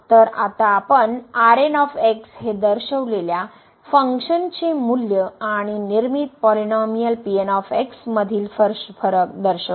तर आता आपण दर्शविलेल्या फंक्शनचे मूल्य आणि निर्मित पॉलिनोमिअल मधील फरक दर्शवू